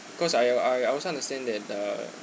because I I I also understand that uh